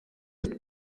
notre